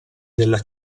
della